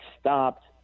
stopped